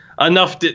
Enough –